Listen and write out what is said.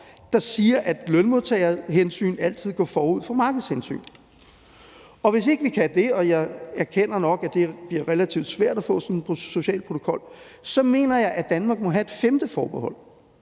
der siger, at lønmodtagerhensyn altid går forud for markedshensyn. Og hvis ikke vi kan det, og jeg erkender nok, at det bliver relativt svært at få sådan en social protokol, så mener jeg, at Danmark må have et femte forbehold,